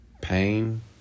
Pain